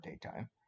daytime